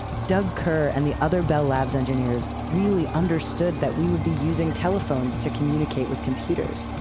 doug kerr and the other bell labs engineers really understood that we would be using telephones to communicate with computers,